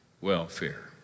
welfare